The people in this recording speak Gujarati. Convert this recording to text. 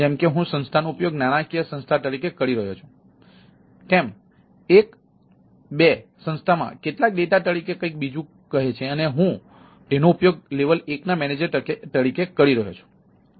જેમ કે હું સંસ્થાનો ઉપયોગ નાણાકીય સંસ્થા તરીકે કરી રહ્યો છું તેમ 1 2 સંસ્થામાં કેટલાક ડેટા તરીકે કંઈક બીજું કહે છે અને અહીં હું તેનો ઉપયોગ લેવલ 1ના મેનેજર તરીકે કરી રહ્યો છું